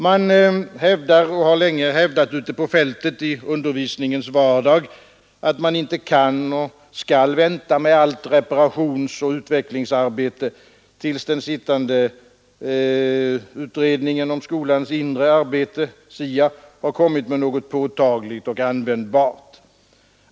Man hävdar och har länge hävdat ute på fältet i undervisningens vardag att man inte kan och skall vänta med allt reparationsoch utvecklingsarbete tills den sittande utredningen om skolans inre arbete, SIA, har kommit med något påtagligt och användbart.